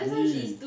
!ee!